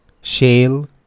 shale